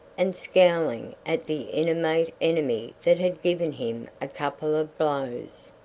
and scowling at the inanimate enemy that had given him a couple of blows.